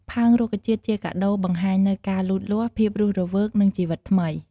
ផើងរុក្ខជាតិជាកាដូ បង្ហាញនូវការលូតលាស់ ភាពរស់រវើក និង ជីវិតថ្មី។